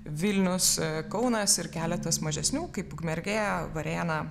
vilnius kaunas ir keletas mažesnių kaip ukmergė varėna